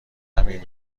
همین